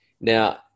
Now